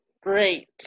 great